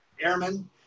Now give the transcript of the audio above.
airmen